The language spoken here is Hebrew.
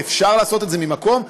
ואפשר לעשות את זה ממקום,